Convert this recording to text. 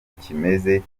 kimeze